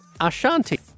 Ashanti